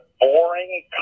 boring